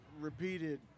repeated